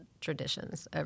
traditions